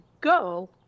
go